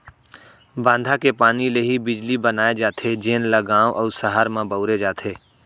बांधा के पानी ले ही बिजली बनाए जाथे जेन ल गाँव अउ सहर म बउरे जाथे